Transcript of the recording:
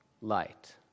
light